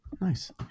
nice